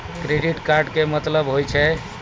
Credit card के मतलब होय छै?